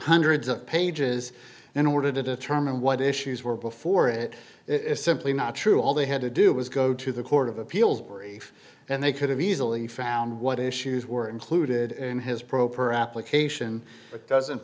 hundreds of pages in order to determine what issues were before it it's simply not true all they had to do was go to the court of appeals brief and they could have easily found what issues were included in his pro per application but doesn't